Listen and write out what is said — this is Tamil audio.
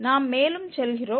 நாம் மேலும் செல்கிறோம்